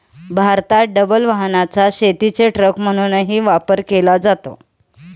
भारतात डबल वाहनाचा शेतीचे ट्रक म्हणूनही वापर केला जातो